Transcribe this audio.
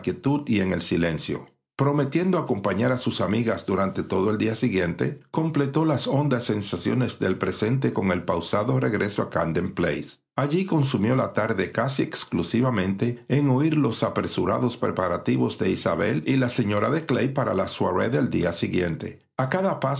y en el silencio prometiendo acompañar a sus amigas durante todo el día siguiente completó las hondas sensaciones del presente con el pausado regreso a camden place allí consumió la tarde casi exclusivamente en oír los apresurados preparativos de isabel y la señora de clay para la soirée del día siguiente a cada paso